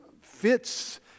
fits